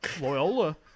Loyola